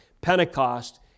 Pentecost